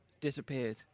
Disappeared